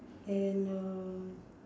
and um